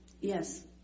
Yes